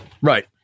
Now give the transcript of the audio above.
Right